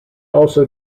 also